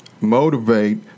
motivate